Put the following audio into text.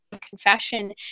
confession